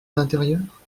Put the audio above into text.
l’intérieur